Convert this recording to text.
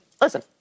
Listen